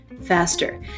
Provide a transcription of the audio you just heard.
faster